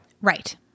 Right